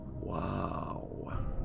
Wow